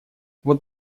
вот